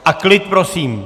A klid prosím!